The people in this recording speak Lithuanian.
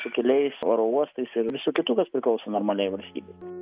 su keliais oro uostais ir visu kitu kas priklauso normaliai valstybei